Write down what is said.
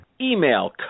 Email